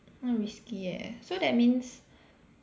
risky eh so that means